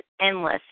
endless